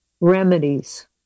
remedies